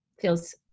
feels